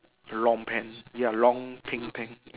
long pants ya long pink pant